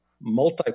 multi